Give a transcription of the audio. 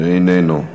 איננו,